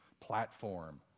platform